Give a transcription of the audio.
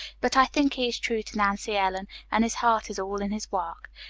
but i think he is true to nancy ellen, and his heart is all in his work.